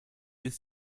ist